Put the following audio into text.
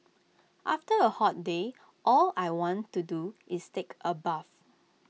after A hot day all I want to do is take A bath